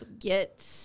get